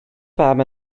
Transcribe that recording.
fam